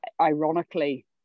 ironically